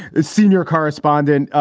senior correspondent.